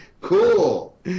Cool